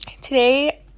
Today